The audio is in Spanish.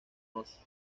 nos